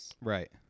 Right